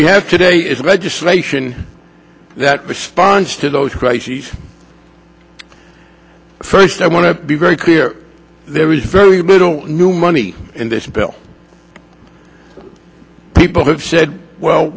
we have today is legislation that responds to those crises first i want to be very clear there is very little new money in this bill people have said well